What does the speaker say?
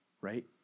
right